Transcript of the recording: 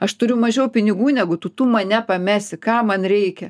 aš turiu mažiau pinigų negu tu tu mane pamesi kam man reikia